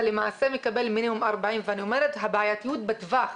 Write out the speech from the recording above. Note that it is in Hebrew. אתה למעשה מקבל מינימום 40. אני אומרת שהבעייתיות בטווח.